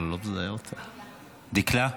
דקלה,